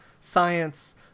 science